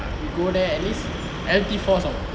we go there at least L_T four somemore